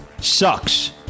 Sucks